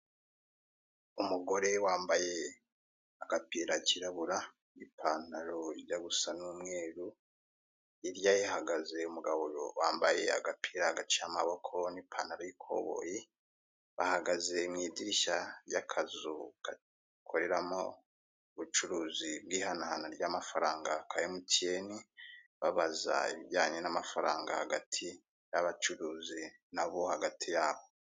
Umugore wambaye agapira kirabura n'ipantalo ijya gusa n'umweru hirya ye hahagaze umugabo wambaye agapira gaciye amaboko n'ipantalo y'ikoboyi, bahagaze mu idirishya ry'akazu kakoreramo ubucuruzi bw'ihanahana ry'amafaranga ka MTN babaza ibijyanye n'amafaranga hagati y'abacuruzi nabo hagati yabo.